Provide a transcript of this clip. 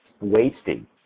wasting